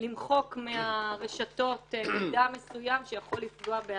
למחוק מהרשתות מידע מסוים שיכול לפגוע באדם.